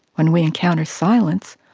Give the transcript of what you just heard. when we encounter silence,